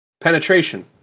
Penetration